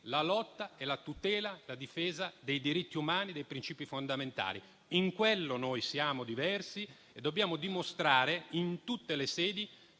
la lotta, la tutela e la difesa dei diritti umani e dei principi fondamentali. In quello siamo diversi e dobbiamo dimostrare in tutte le sedi